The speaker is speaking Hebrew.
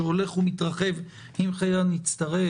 שהולך ומתרחב אם חלילה נצטרך